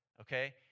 okay